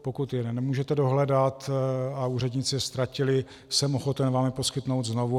Pokud je nemůžete dohledat a úředníci je ztratili, jsem ochoten vám je poskytnout je znovu.